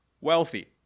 wealthy